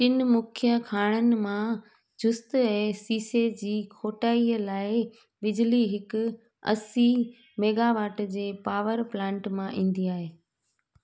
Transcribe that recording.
टिनि मुख्य खाणनि मां जुस्तु ऐं सीसे जी खोटाइअ लाइ बिजली हिक असी मेगावाट जे पावर प्लांट मां ईंदी आहे